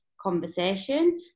conversation